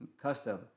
custom